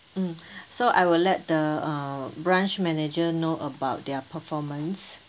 mm so I will let the uh branch manager know about their performance